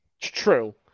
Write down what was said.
true